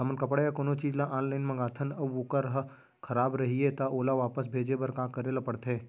हमन कपड़ा या कोनो चीज ल ऑनलाइन मँगाथन अऊ वोकर ह खराब रहिये ता ओला वापस भेजे बर का करे ल पढ़थे?